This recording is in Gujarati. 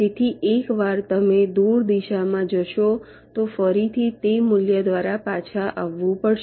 તેથી એકવાર તમે દૂર દિશામાં જશો તો ફરીથી તે મૂલ્ય દ્વારા પાછા આવવું પડશે